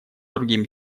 другим